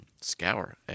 scour